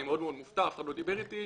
אני מאוד מופתע, אף אחד לא דיבר איתי.